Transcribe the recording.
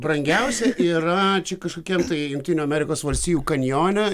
brangiausia yra čia kažkokiam tai jungtinių amerikos valstijų kanjone